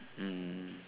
mm